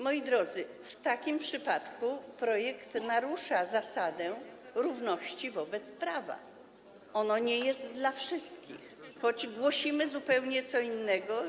Moi drodzy, w takim przypadku projekt narusza zasadę równości wobec prawa, ono nie jest dla wszystkich, choć głosimy zupełnie co innego.